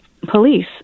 police